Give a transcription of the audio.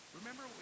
remember